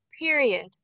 period